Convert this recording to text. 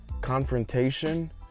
confrontation